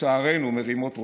לצערנו מרימות ראשן.